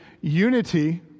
unity